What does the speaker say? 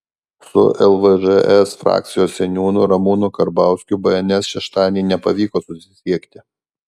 su lvžs frakcijos seniūnu ramūnu karbauskiu bns šeštadienį nepavyko susisiekti